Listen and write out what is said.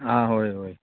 आं होय वोय